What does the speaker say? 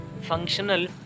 functional